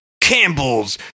Campbell's